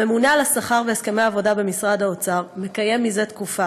הממונה על השכר והסכמי העבודה במשרד האוצר מקיים מזה תקופה